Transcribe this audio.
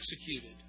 executed